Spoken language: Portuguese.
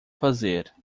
fazer